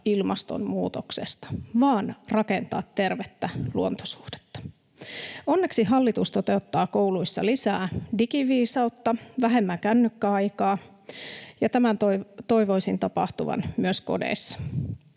ilmastonmuutoksesta vaan rakentaa tervettä luontosuhdetta. Onneksi hallitus toteuttaa kouluissa lisää digiviisautta, vähemmän kännykkäaikaa, ja tämän toivoisin tapahtuvan myös kodeissa.